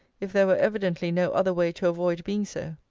if there were evidently no other way to avoid being so.